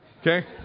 okay